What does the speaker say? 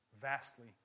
Vastly